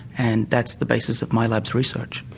and that's the basis of my lab's research.